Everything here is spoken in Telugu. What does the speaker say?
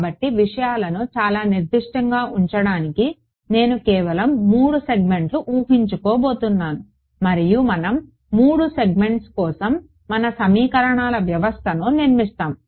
కాబట్టి విషయాలను చాలా నిర్దిష్టంగా ఉంచడానికి నేను కేవలం 3 సెగ్మెంట్స్ ఊహించబోతున్నాను మరియు మనం 3 సెగ్మెంట్స్ కోసం మన సమీకరణాల వ్యవస్థను నిర్మిస్తాము